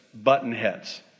buttonheads